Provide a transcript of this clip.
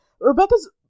rebecca's